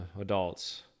adults